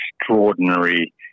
extraordinary